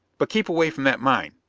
but keep away from that mine!